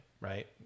right